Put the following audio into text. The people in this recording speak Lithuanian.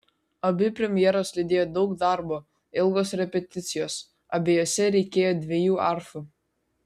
abi premjeras lydėjo daug darbo ilgos repeticijos abiejose reikėjo dviejų arfų